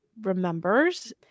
remembers